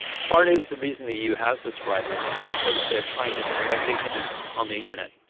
part of the reason the eu has this right is because they are trying to think about dignity on the internet,